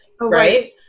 Right